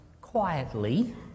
quietly